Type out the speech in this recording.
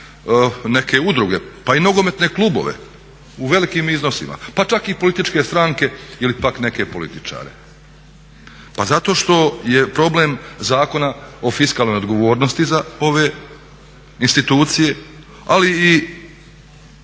neke udruge pa i nogometne klubove u velikim iznosima pa čak i političke stranke ili pak neke političare. Pa zato što je problem Zakona o fiskalnoj odgovornosti za ove institucije, ali i